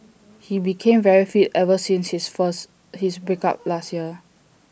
he became very fit ever since his first his break up last year